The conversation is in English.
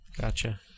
Gotcha